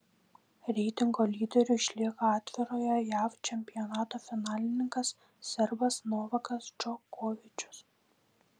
reitingo lyderiu išlieka atvirojo jav čempionato finalininkas serbas novakas džokovičius